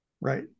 Right